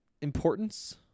importance